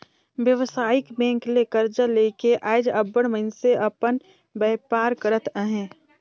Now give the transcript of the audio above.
बेवसायिक बेंक ले करजा लेके आएज अब्बड़ मइनसे अपन बयपार करत अहें